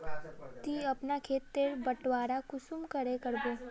ती अपना खेत तेर बटवारा कुंसम करे करबो?